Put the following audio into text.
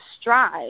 strive